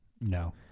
no